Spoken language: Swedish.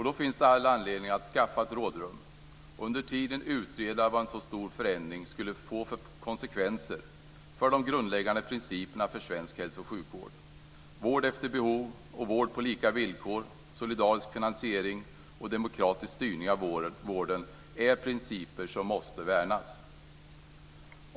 Då finns det all anledning att skaffa ett rådrum och under tiden utreda vilka konsekvenser en så stor förändring skulle få för de grundläggande principerna för svensk hälso och sjukvård. Vård efter behov och vård på lika villkor, solidarisk finansiering och demokratisk styrning av vården är principer som måste värnas.